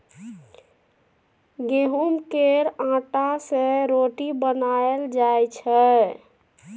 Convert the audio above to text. गहुँम केर आँटा सँ रोटी बनाएल जाइ छै